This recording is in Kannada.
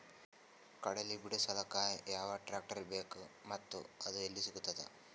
ಕಡಲಿ ಬಿಡಿಸಲಕ ಯಾವ ಟ್ರಾಕ್ಟರ್ ಬೇಕ ಮತ್ತ ಅದು ಯಲ್ಲಿ ಸಿಗತದ?